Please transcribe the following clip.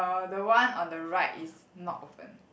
the one on the right is not open